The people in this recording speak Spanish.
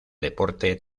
deporte